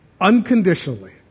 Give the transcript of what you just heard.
unconditionally